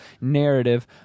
narrative